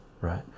right